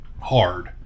hard